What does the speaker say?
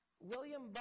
William